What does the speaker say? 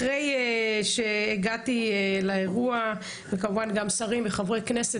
אחרי שהגעתי לאירוע וכמובן גם שרים וחברי כנסת